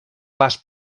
pas